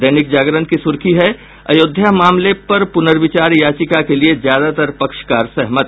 दैनिक जागरण की सुर्खी है अयोध्या मसले पर पुनिर्विचार याचिका के लिये ज्यादातर पक्षकार सहमत